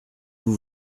vous